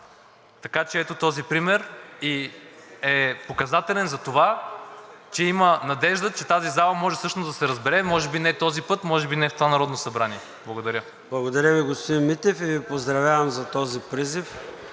Така че, ето този пример е показателен за това, че има надежда, че тази зала може всъщност да се разбере. Може би не този път, може би не в това Народно събрание. Благодаря. ПРЕДСЕДАТЕЛ ЙОРДАН ЦОНЕВ: Благодаря Ви, господин Митев, и Ви поздравявам за този призив,